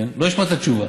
ולא ישמע את התשובה,